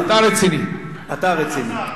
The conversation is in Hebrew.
אתה רציני.